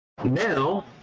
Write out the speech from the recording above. Now